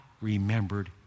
remembered